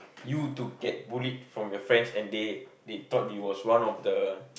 you to get bullied from your friends and they they thought it was one of the